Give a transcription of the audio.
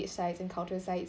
sites and cultural sites